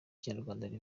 ry’ikinyarwanda